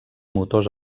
motors